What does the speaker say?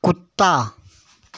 कुत्ता